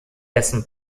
dessen